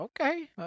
okay